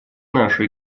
наши